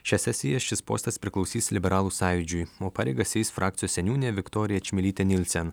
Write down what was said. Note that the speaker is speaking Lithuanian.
šią sesiją šis postas priklausys liberalų sąjūdžiui o pareigas eis frakcijos seniūnė viktorija čmilytė nilsen